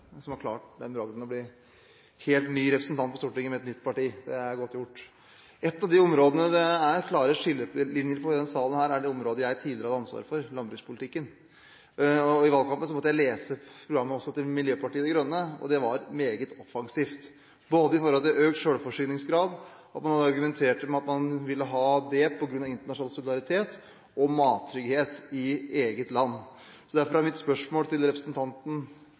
som har klart den bragden å bli helt ny representant på Stortinget med et nytt parti. Det er godt gjort. Et av de områdene der det er klare skillelinjer i denne salen, er det området jeg tidligere hadde ansvaret for, landbrukspolitikken. I valgkampen måtte jeg også lese programmet til Miljøpartiet De Grønne, og det var meget offensivt med tanke på økt sjølforsyningsgrad – man argumenterte med at man ville ha det på grunn av internasjonal solidaritet og mattrygghet i eget land. Derfor er mitt spørsmål til representanten